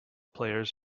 players